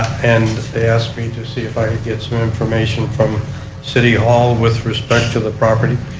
and they asked me to see if i could get some information from city hall with respect to the property.